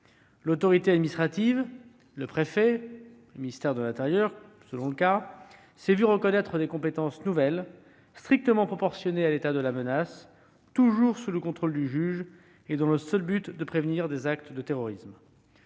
L'autorité administrative- préfet ou ministre de l'intérieur, selon les cas -s'est vue reconnaître des compétences nouvelles, strictement proportionnées à l'état de la menace, s'exerçant toujours sous le contrôle du juge et dans le seul objectif de prévenir des actes de terrorisme.